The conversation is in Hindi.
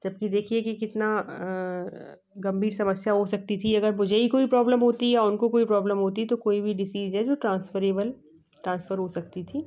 जब कि देखिए कि कितनी गंभीर समस्या हो सकती थी अगर मुझे ही कोई प्रॉबलम होती या उनको कोई प्रॉबलम होती तो कोई भी डिसीज़ है जो ट्रांसफरेबल ट्रांसफर हो सकती थी